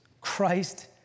Christ